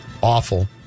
awful